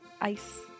Ice